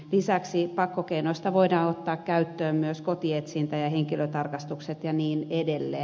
lisäksi pakkokeinoista voidaan ottaa käyttöön myös kotietsintä ja henkilötarkastukset ja niin edelleen